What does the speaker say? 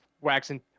waxing